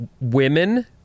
women